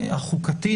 החוקתי,